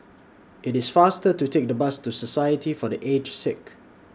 IT IS faster to Take The Bus to Society For The Aged Sick